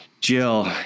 Jill